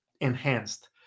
enhanced